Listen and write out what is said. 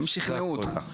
הם שכנעו אותך.